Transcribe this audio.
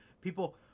people